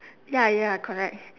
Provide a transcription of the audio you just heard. ya ya correct